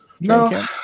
No